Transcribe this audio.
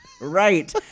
Right